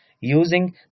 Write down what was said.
using